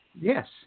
Yes